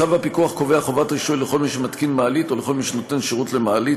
צו הפיקוח קובע חובת רישוי לכל מי שמתקין מעלית או נותן שירות למעלית.